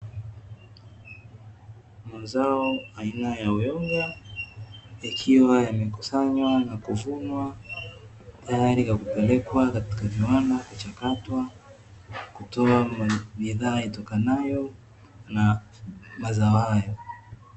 Mazao aina ya uyoga, yakiwa yamekusanywa na kuvunwa tayari kwa kupelekwa katika viwanda kuchakatwa, na kutoa bidhaa itokanayo na mazao hayo.